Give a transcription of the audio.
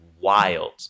wild